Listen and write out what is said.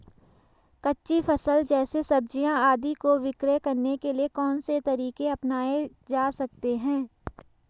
कच्ची फसल जैसे सब्जियाँ आदि को विक्रय करने के लिये कौन से तरीके अपनायें जा सकते हैं?